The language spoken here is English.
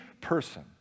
person